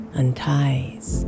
unties